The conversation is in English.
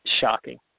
Shocking